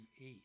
eight